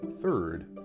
third